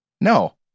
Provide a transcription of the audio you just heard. No